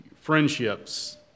friendships